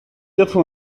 quatre